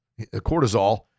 cortisol